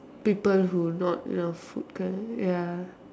people who not love food kind ya